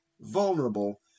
vulnerable